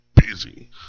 busy